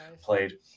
played